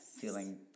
Feeling